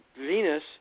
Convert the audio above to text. Venus